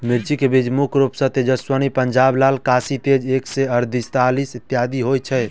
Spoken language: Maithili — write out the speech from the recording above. मिर्चा केँ बीज मुख्य रूप सँ तेजस्वनी, पंजाब लाल, काशी तेज एक सै अड़तालीस, इत्यादि होए छैथ?